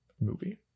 movie